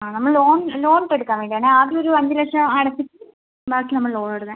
ആ നമ്മൾ loan loan ഇട്ട് എടുക്കാൻ വേണ്ടി ആണേ ആദ്യം ഒരു അഞ്ച് ലക്ഷം അടച്ചിട്ട് ബാക്കി നമ്മൾ ലോൺ ഇടുന്നത്